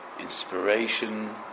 inspiration